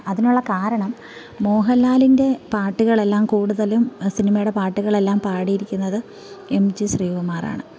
അതിനുള്ള കാരണം മോഹൻലാലിൻ്റെ പാട്ടുകളെല്ലാം കൂടുതലും സിനിമയുടെ പാട്ടുകളെല്ലാം പാടിയിരിക്കുന്നത് എം ജി ശ്രീകുമാറാണ്